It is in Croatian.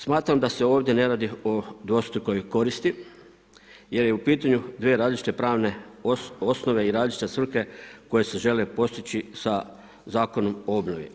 Smatram da se ovdje ne radi o dvostrukoj koristi jer je u pitanju dvije različite pravne osnove i različite svrhe koje se žele postići sa zakonom o obnovi.